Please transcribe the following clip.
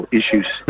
issues